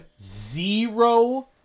zero